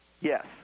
Yes